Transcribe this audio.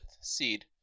seed